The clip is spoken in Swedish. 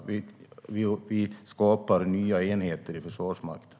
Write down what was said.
Vi skapar nya enheter i Försvarsmakten.